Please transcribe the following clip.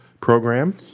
program